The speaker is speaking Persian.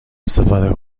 استفاده